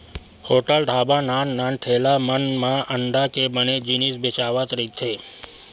hotel, ढ़ाबा, नान नान ठेला मन म अंडा के बने जिनिस बेचावत रहिथे